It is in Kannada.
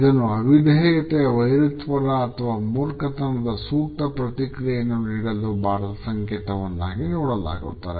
ಇದನ್ನು ಅವಿಧೇಯತೆಯ ವೈರತ್ವದ ಅಥವಾ ಮೂರ್ಖತನದ ಸೂಕ್ತ ಪ್ರತಿಕ್ರಿಯೆಯನ್ನು ನೀಡಲು ಬಾರದ ಸಂಕೇತವನ್ನಾಗಿ ನೋಡಲಾಗುತ್ತದೆ